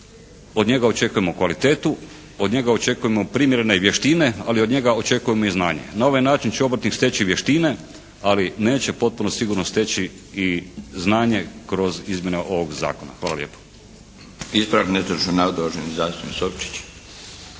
od njega očekujemo kvalitetu, od njega očekujemo primjerene vještine, ali od njega očekujemo i znanje. Na ovaj način će obrtnik steći vještine, ali neće potpuno sigurno steći i znanje kroz izmjene ovog Zakona. Hvala lijepo. **Milinović,